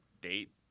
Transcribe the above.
date